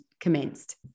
commenced